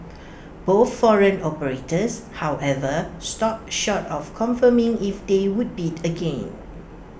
both foreign operators however stopped short of confirming if they would bid again